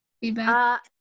feedback